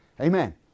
Amen